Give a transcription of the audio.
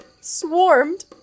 swarmed